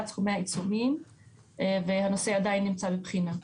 סכומי העיצומים והנושא עדיין נמצא בבחינה.